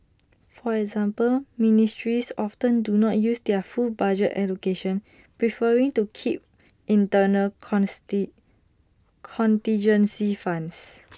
for example ministries often do not use their full budget allocations preferring to keep internal contingency funds